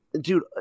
dude